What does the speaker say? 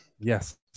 yes